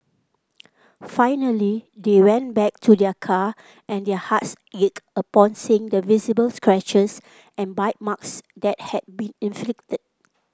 finally they went back to their car and their hearts ached upon seeing the visible scratches and bite marks that had been inflicted